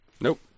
Nope